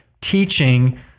teaching